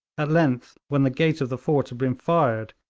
at length, when the gate of the fort had been fired,